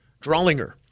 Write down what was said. Drawlinger